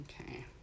Okay